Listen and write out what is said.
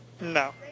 No